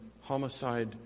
homicide